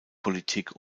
politik